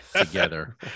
together